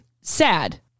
sad